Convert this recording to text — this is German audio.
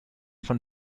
von